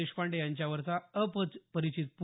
देशपांडे यांच्यावरचा अपरिचित पु